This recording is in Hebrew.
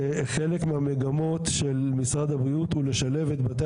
שחלק מהמגמות של משרד הבריאות הוא לשלב את בתי